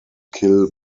kill